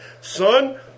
Son